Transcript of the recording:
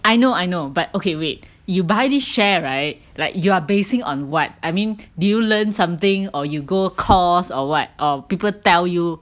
I know I know but okay wait you buy this share right like you are basing on what I mean do you learn something or you go course or what or people tell you